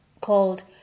called